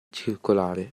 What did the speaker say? circolare